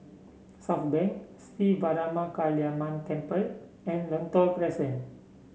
Southbank Sri Veeramakaliamman Temple and Lentor Crescent